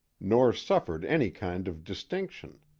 nor suffered any kind of distinction.